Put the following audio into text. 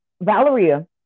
Valeria